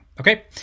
Okay